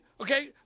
okay